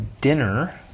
dinner